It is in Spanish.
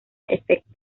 efecto